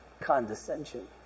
condescension